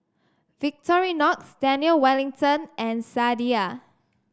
Victorinox Daniel Wellington and Sadia